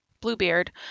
Bluebeard